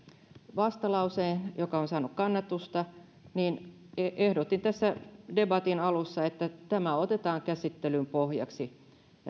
vastalauseen joka on saanut kannatusta niin ehdotin tässä debatin alussa että tämä otetaan käsittelyn pohjaksi